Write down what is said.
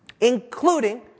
Including